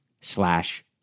slash